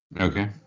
Okay